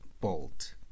bolt